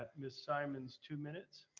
ah ms. simonds, two minutes.